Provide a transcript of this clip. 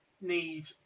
need